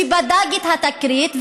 שבדק את התקרית,